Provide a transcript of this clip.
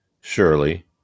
surely